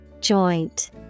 Joint